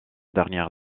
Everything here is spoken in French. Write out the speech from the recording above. dernière